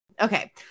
Okay